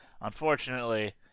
Unfortunately